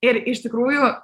ir iš tikrųjų